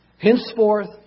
Henceforth